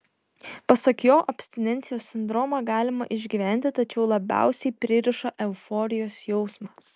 pasak jo abstinencijos sindromą galima išgyventi tačiau labiausiai pririša euforijos jausmas